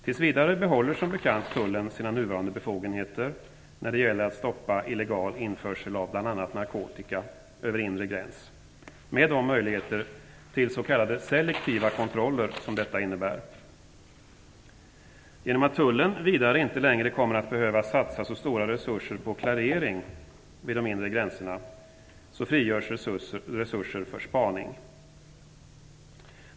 Tills vidare behåller som bekant tullen sina nuvarande befogenheter när det gäller att stoppa illegal införsel av bl.a. narkotika över inre gräns, med de möjligheter till s.k. selektiva kontroller som detta innebär. Genom att tullen vidare inte längre kommer att behöva så stora resurser på klarering vid de inre gränserna frigörs resurser för spaning.